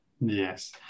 Yes